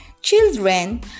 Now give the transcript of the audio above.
Children